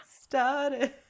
started